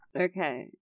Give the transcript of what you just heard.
Okay